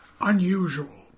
unusual